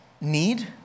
need